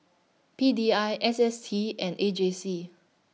P D I S S T and A J C